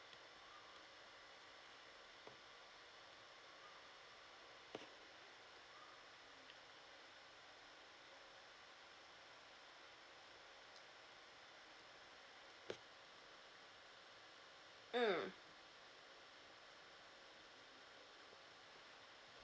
mm